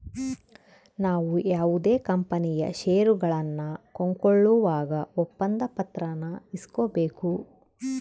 ನಾವು ಯಾವುದೇ ಕಂಪನಿಯ ಷೇರುಗಳನ್ನ ಕೊಂಕೊಳ್ಳುವಾಗ ಒಪ್ಪಂದ ಪತ್ರಾನ ಇಸ್ಕೊಬೇಕು